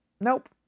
Nope